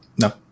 No